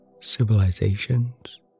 civilizations